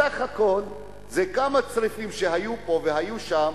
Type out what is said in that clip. בסך הכול זה כמה צריפים שהיו פה והיו שם,